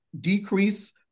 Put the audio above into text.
decrease